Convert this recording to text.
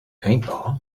paintball